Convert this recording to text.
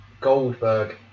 Goldberg